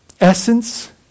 essence